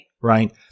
Right